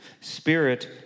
Spirit